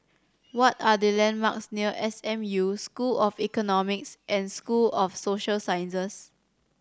what are the landmarks near S M U School of Economics and School of Social Sciences